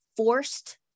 Forced